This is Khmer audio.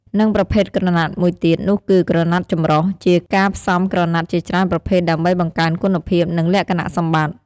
និងប្រភេទក្រណាត់មួយទៀតនោះគឺ ក្រណាត់ចំរុះ ជាការផ្សំក្រណាត់ជាច្រើនប្រភេទដើម្បីបង្កើនគុណភាព និងលក្ខណៈសម្បត្តិ។